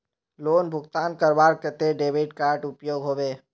Loan भुगतान करवार केते डेबिट कार्ड उपयोग होबे?